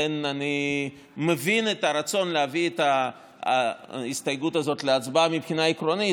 אני מבין את הרצון להביא את ההסתייגות הזאת להצבעה מבחינה עקרונית,